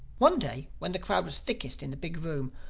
one day, when the crowd was thickest in the big room,